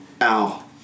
Ow